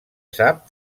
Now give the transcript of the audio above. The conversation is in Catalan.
sap